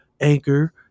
Anchor